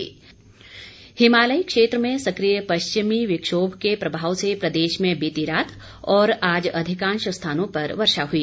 मौसम हिमालयी क्षेत्र में सक्रिय पश्चिमी विक्षोम के प्रभाव से प्रदेश में बीती रात और आज अधिकांश स्थानों पर वर्षा हुई